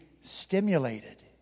stimulated